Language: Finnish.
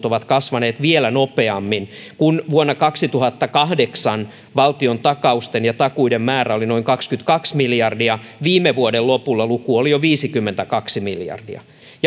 ovat kasvaneet vielä nopeammin kun vielä vuonna kaksituhattakahdeksan valtion takausten ja takuiden määrä oli noin kaksikymmentäkaksi miljardia viime vuoden lopulla luku oli jo viisikymmentäkaksi miljardia